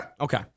Okay